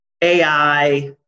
AI